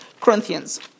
Corinthians